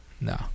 No